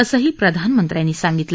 असंही प्रधानमंत्र्यांनी सांगितलं